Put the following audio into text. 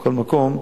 מכל מקום,